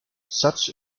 such